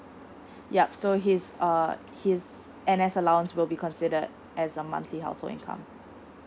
yup so his err his allowance will be considered as a monthly household income